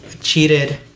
Cheated